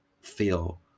feel